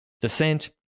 Descent